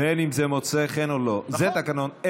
בין שזה מוצא חן ובין שלא, זה התקנון.